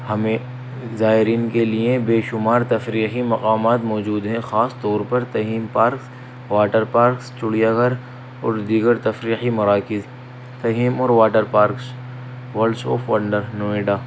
ہمیں زائرین کے لیے بے شمار تفریحی مقامات موجود ہیں خاص طور پر تہیم پارکس واٹر پارکس چڑیا گھر اور دیگر تفریحی مراکز تہیم اور water parks Worlds of Wonder Noida